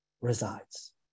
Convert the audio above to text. resides